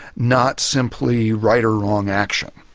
not simply right or wrong action.